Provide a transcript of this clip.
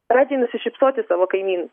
pradžiai nusišypsoti savo kaimynui